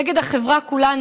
נגד החברה כולה,